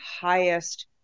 highest